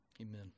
Amen